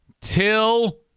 till